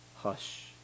Hush